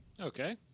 okay